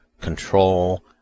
control